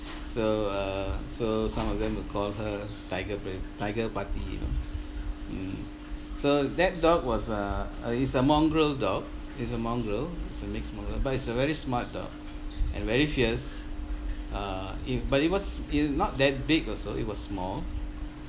so uh so some of them will call her tiger br~ tiger pati you know mm so that dog was uh uh it's a mongrel dog it's a mongrel it's a mixed mongrel but it's a very smart dog and very fierce uh if but it was it not that big also it was small